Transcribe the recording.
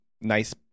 nice